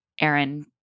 Aaron